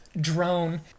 drone